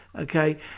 okay